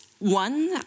One